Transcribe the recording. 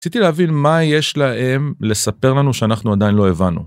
רציתי להבין מה יש להם לספר לנו שאנחנו עדיין לא הבנו.